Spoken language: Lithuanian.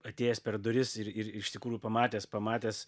atėjęs per duris ir ir iš tikrųjų pamatęs pamatęs